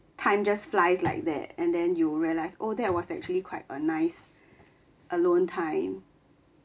time just flies like that and then you realise oh that was actually quite a nice alone time